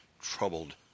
troubled